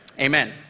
Amen